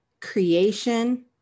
creation